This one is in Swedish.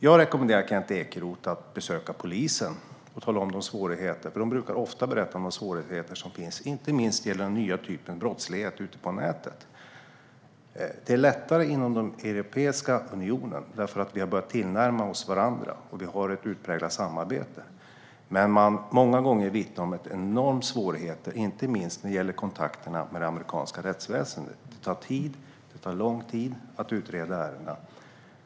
Jag rekommenderar Kent Ekeroth att besöka polisen, för de brukar ofta berätta om de svårigheter som finns, inte minst gällande den nya typen av brottslighet ute på nätet. Det är lättare att möta den inom Europeiska unionen, därför att vi har börjat tillnärma oss varandra och har ett utpräglat samarbete. Men många gånger vittnar man om enorma svårigheter, inte minst när det gäller kontakterna med det amerikanska rättsväsendet. Det tar lång tid att utreda ärendena.